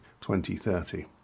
2030